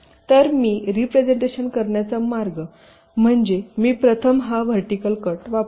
तर मी रिप्रेझेन्टेशन करण्याचा मार्ग म्हणजे मी प्रथम हा व्हर्टिकल कट वापरतो